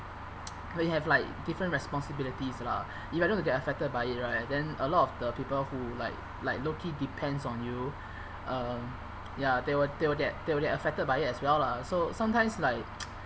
when you have like different responsibilities lah you are going to get affected by it right then a lot of the people who like like low key depends on you uh ya they will they will get they will get affected by it as well lah so sometimes like